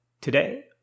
Today